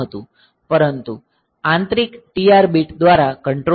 બધું આંતરિક TR bit દ્વારા કંટ્રોલ હતું